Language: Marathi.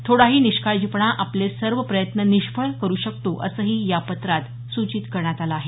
थोडाही निष्काळजीपणा आपले सर्व प्रयत्न निष्फळ करू शकतो असंही या पत्रात सूचित करण्यात आलं आहे